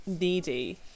needy